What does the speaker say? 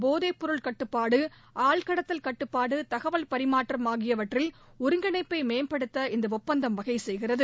போதைப் பொருள் கட்டுப்பாடு ஆள்கடத்தல் கட்டுப்பாடு தகவல் பறிமாற்றம் ஆகியவற்றில் ஒருங்கிணைப்பை மேம்படுத்த இந்த ஒப்பந்தம் வகை செய்கிறது